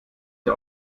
der